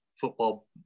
football